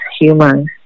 humans